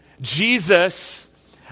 Jesus